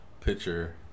picture